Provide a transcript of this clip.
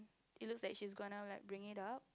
it looks like she's gonna like bring it up